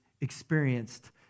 experienced